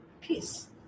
Peace